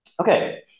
Okay